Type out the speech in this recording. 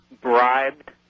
bribed